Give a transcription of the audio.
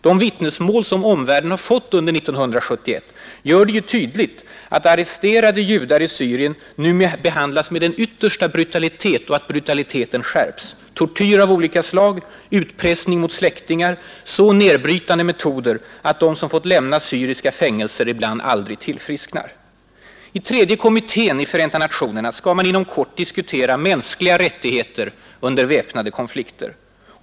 De vittnesmål som omvärlden fått under 1971 gör det ju tydligt att arresterade judar i Syrien behandlas med den yttersta brutalitet och att brutaliteten skärps. Det förekommer tortyr av olika slag, utpressning mot släktingar och så nedbrytande metoder att de som fått lämna syriska fängelser ibland aldrig tillfrisknar. I tredje kommittén i Förenta nationerna skall man inom kort diskutera ”mänskliga rättigheter under väpnade konflikter”.